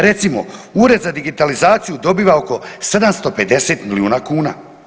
Recimo, Ured za digitalizaciju dobiva oko 750 milijuna kuna.